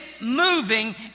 moving